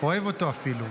אוהב אותו אפילו.